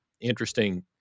interesting